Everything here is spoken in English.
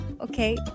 Okay